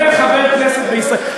אומר חבר כנסת בישראל,